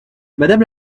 madame